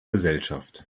gesellschaft